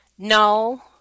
no